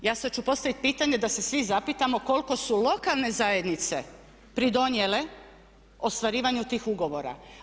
Ja sad ću postaviti pitanje da se svi zapitamo koliko su lokalne zajednice pridonijele ostvarivanju tih ugovora?